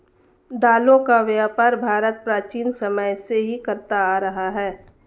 दालों का व्यापार भारत प्राचीन समय से ही करता आ रहा है